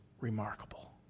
remarkable